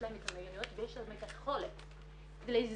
להם את המיומנויות ויש להם את היכולת ליזום,